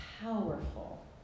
powerful